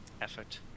effort